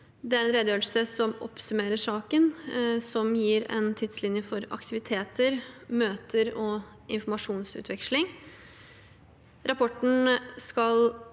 Redegjørelsen oppsummerer saken og gir en tidslinje for aktiviteter, møter og informasjonsutveksling. Rapporten skal